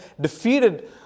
defeated